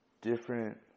different